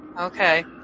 Okay